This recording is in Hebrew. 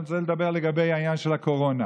אני רוצה לומר בעניין הקורונה.